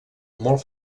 molt